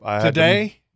Today